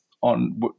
on